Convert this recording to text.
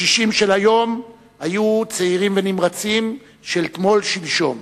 הקשישים של היום הם הצעירים והנמרצים של תמול-שלשום.